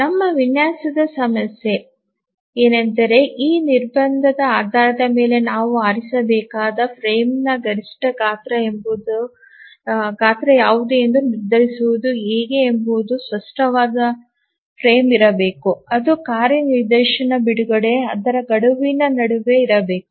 ನಮ್ಮ ವಿನ್ಯಾಸದ ಸಮಸ್ಯೆ ಏನೆಂದರೆ ಈ ನಿರ್ಬಂಧದ ಆಧಾರದ ಮೇಲೆ ನಾವು ಆರಿಸಬೇಕಾದ ಫ್ರೇಮ್ನ ಗರಿಷ್ಠ ಗಾತ್ರ ಯಾವುದು ಎಂದು ನಿರ್ಧರಿಸುವುದು ಹೇಗೆ ಎಂಬುದು ಸ್ಪಷ್ಟವಾದ ಫ್ರೇಮ್ ಇರಬೇಕು ಅದು ಕಾರ್ಯ ನಿದರ್ಶನ ಬಿಡುಗಡೆ ಮತ್ತು ಅದರ ಗಡುವಿನ ನಡುವೆ ಇರಬೇಕು